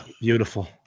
Beautiful